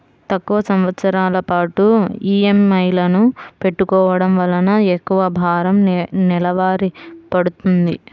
తక్కువ సంవత్సరాల పాటు ఈఎంఐలను పెట్టుకోవడం వలన ఎక్కువ భారం నెలవారీ పడ్తుంది